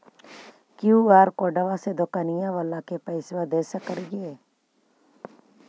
QR कोडबा से दुकनिया बाला के पैसा दे सक्रिय?